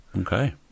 Okay